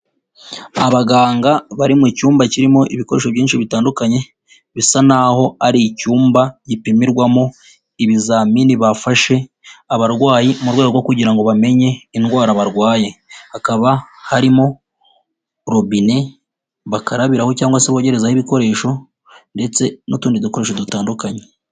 Abaganga bari mu cyumba kirimo ibikoresho byinshi bitandukanye bisa n'aho ari icyumba gipimirwamo ibizamini bafashe abarwayi mu rwego rwo kugira ngo bamenye indwara barwaye, hakaba harimo robine bakarabiraho cyangwa se bogerezaho ibikoresho ndetse n'utundi dukoresho dutandukanye.